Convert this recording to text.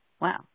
Wow